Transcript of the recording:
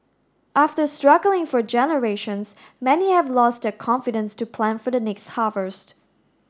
after struggling for generations many have lost their confidence to plan for the next harvest